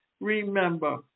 Remember